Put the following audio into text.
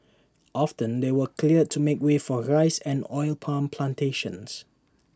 often they were cleared to make way for rice and oil palm Plantations